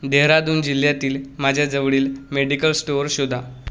डेहराडून जिल्ह्यातील माझ्याजवळील medical store शोधा